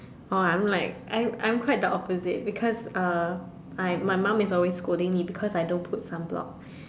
oh I'm like I'm I'm quite the opposite because uh I my mum is always scolding me because I don't put sunblock